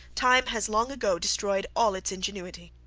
time has long ago destroyed all its ingenuity.